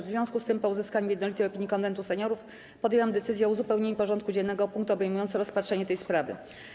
W związku z tym, po uzyskaniu jednolitej opinii Konwentu Seniorów, podjęłam decyzję o uzupełnieniu porządku dziennego o punkt obejmujący rozpatrzenie tej sprawy.